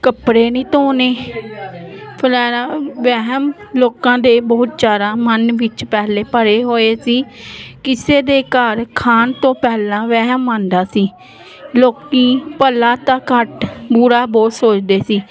ਕੱਪੜੇ ਨਹੀਂ ਧੋਣੇ ਫਲਾਣਾ ਵਹਿਮ ਲੋਕਾਂ ਦੇ ਬਹੁਤ ਜ਼ਿਆਦਾ ਮਨ ਵਿੱਚ ਪਹਿਲੇ ਭਰੇ ਹੋਏ ਸੀ ਕਿਸੇ ਦੇ ਘਰ ਖਾਣ ਤੋਂ ਪਹਿਲਾਂ ਵਹਿਮ ਆਉਂਦਾ ਸੀ ਲੋਕ ਭਲਾ ਤਾਂ ਘੱਟ ਬੁਰਾ ਬਹੁਤ ਸੋਚਦੇ ਸੀ